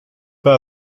pas